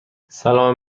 سلام